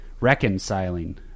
reconciling